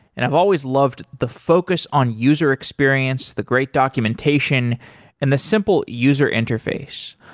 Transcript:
and i've always loved the focus on user experience, the great documentation and the simple user interface.